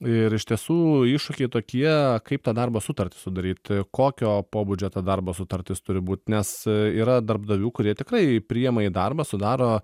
ir iš tiesų iššūkiai tokie kaip tą darbo sutartį sudaryt kokio pobūdžio ta darbo sutartis turi būt nes yra darbdavių kurie tikrai priima į darbą sudaro